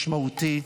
משמעותי.